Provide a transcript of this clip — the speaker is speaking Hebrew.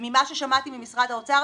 ממה ששמעתי ממשרד האוצר,